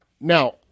Now